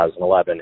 2011